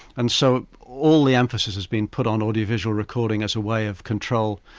and so all the emphasis has been put on audio-visual recording as a way of control.